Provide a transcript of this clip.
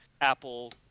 Apple